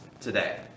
today